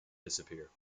disappear